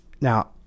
now